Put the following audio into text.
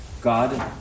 God